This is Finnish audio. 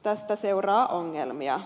tästä seuraa ongelmia